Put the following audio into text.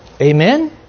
Amen